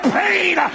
pain